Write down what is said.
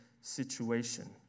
situation